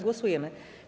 Głosujemy.